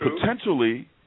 Potentially